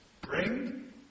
Bring